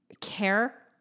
care